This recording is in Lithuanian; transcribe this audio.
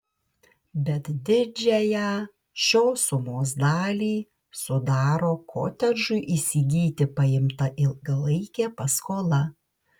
bet didžiąją šios sumos dalį sudaro kotedžui įsigyti paimta ilgalaikė paskola